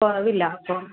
കുറവ് ഇല്ല അപ്പം